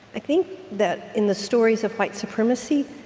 i think that in the stories of white supremacy,